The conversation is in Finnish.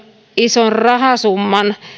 ison rahasumman